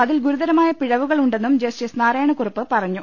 അതിൽ ഗുരുതരമായ പിഴവുകളു ണ്ടെന്നും ജസ്റ്റിസ് നാരായണക്കുറുപ്പ് പറഞ്ഞു